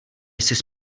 sis